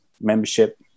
membership